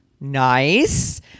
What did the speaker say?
Nice